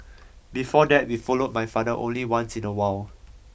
before that we followed my father only once in a while